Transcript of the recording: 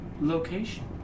location